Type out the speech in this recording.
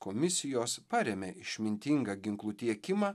komisijos parėmė išmintingą ginklų tiekimą